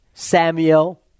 Samuel